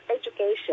education